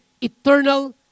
eternal